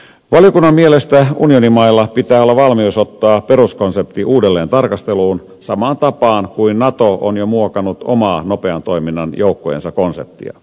valiokunnan mielestä unionimailla pitää olla valmius ottaa peruskonsepti uudelleen tarkasteluun samaan tapaan kuin nato on jo muokannut omaa nopean toiminnan joukkojensa konseptia